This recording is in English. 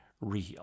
real